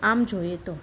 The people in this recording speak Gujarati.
આમ જોઈએ તો